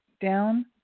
down